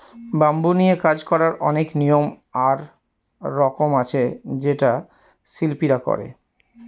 bamboo নিয়ে কাজ করার অনেক নিয়ম আর রকম আছে যেটা শিল্পীরা করে